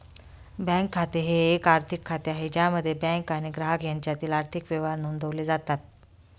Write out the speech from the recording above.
bank खाते हे एक आर्थिक खाते आहे ज्यामध्ये बँक आणि ग्राहक यांच्यातील आर्थिक व्यवहार नोंदवले जातात